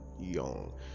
young